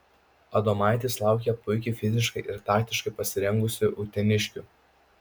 adomaitis laukia puikiai fiziškai ir taktiškai pasirengusių uteniškių